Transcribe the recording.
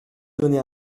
donner